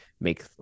make